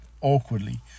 awkwardly